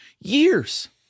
years